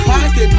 Pocket